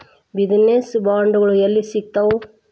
Business ಬಾಂಡ್ಗಳು ಯೆಲ್ಲಿ ಸಿಗ್ತಾವ?